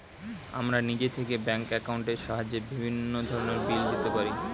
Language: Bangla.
আমরা নিজে থেকেই ব্যাঙ্ক অ্যাকাউন্টের সাহায্যে বিভিন্ন রকমের বিল দিতে পারি